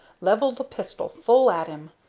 levelled a pistol full at him.